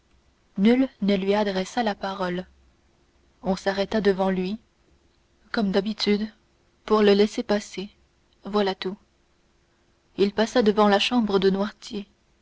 nul ne lui adressa la parole on s'arrêta devant lui comme d'habitude pour le laisser passer voilà tout il passa devant la chambre de noirtier